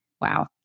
wow